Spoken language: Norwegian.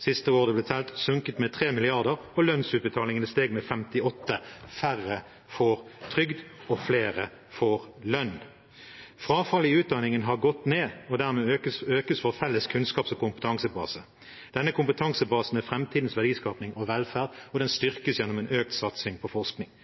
det siste året det har blitt telt, sunket med 3 mrd. kr, og lønnsutbetalingene har steget med 58 mrd. kr. Færre får trygd, og flere får lønn. Frafallet i utdanningen har gått ned, og dermed økes vår felles kunnskaps- og kompetansebase. Denne kompetansebasen er framtidens verdiskaping og velferd, og den styrkes gjennom en økt satsing på forskning.